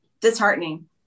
disheartening